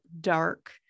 dark